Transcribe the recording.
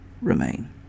remain